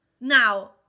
Now